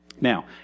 Now